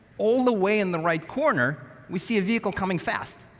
all the way in the right corner, we see a vehicle coming fast.